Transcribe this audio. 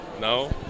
No